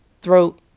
throat